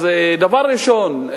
אז דבר ראשון,